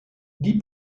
die